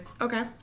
Okay